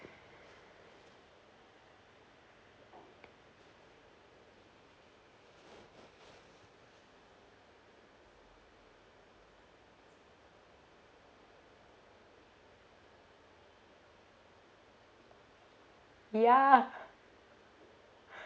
ya